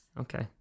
Okay